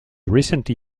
recently